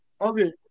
Okay